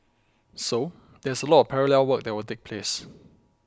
so there's a lot of parallel work that will take place